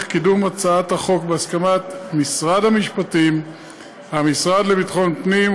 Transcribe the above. קידום הצעת החוק בהסכמת משרד המשפטים והמשרד לביטחון הפנים,